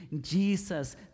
Jesus